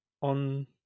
on